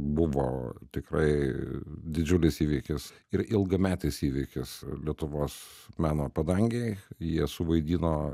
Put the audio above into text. buvo tikrai didžiulis įvykis ir ilgametis įvykis lietuvos meno padangėj jie suvaidino